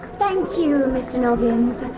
thank you, mr noggins.